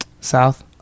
South